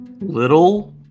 Little